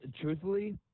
truthfully